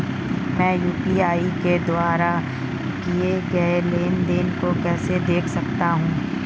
मैं यू.पी.आई के द्वारा किए गए लेनदेन को कैसे देख सकता हूं?